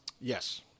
yes